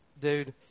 dude